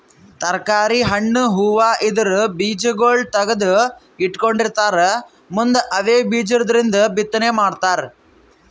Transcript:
ತರ್ಕಾರಿ, ಹಣ್ಣ್, ಹೂವಾ ಇದ್ರ್ ಬೀಜಾಗೋಳ್ ತಗದು ಇಟ್ಕೊಂಡಿರತಾರ್ ಮುಂದ್ ಅವೇ ಬೀಜದಿಂದ್ ಬಿತ್ತನೆ ಮಾಡ್ತರ್